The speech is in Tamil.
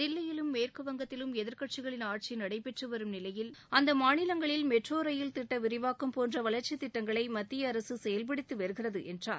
தில்லியிலும் மேற்குவங்கத்திலும் எதிர்க்கட்சிகளின் ஆட்சி நடைபெற்று வரும் நிலையில் அந்த மாநிலங்களில் மெட்ரோ ரயில் திட்ட விரிவாக்கம் போன்ற வளர்ச்சித் திட்டங்களை மத்திய அரசு செயல்படுத்தி வருகிறது என்றார்